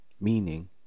meaning